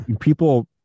People